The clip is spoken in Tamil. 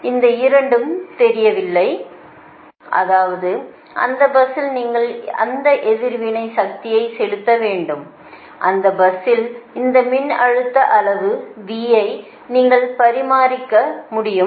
P என அறியப்பட்ட மின்னழுத்த கோணம் தெரியும் ஆனால் Q தெரியவில்லை அதாவது அந்த பஸ்ஸில் நீங்கள் அந்த எதிர்வினை சக்தியை செலுத்த வேண்டும் அந்த பஸ்ஸில் இந்த மின்னழுத்த அளவு V ஐ நீங்கள் பராமரிக்க முடியும்